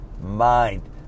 mind